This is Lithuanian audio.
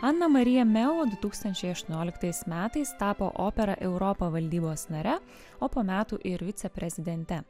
ana marija meo du tūkstančiai aštuonioliktais metais tapo opera europa valdybos nare o po metų ir viceprezidente